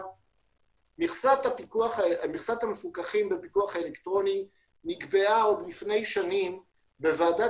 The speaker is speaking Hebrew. מכסת המפוקחים בפיקוח האלקטרוני נקבעה עוד לפני שנים בוועדת